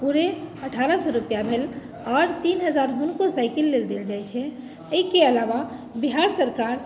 पूरे अठारह सए रूपआ भेल आओर तीन हजार हुनको साइकल लेल देल जाइ छै एहिके अलावा बिहार सरकार